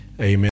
amen